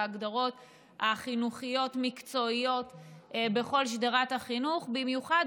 בהגדרות החינוכיות-מקצועיות בכל שדרת החינוך במיוחד